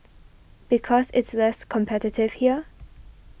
because it's less competitive here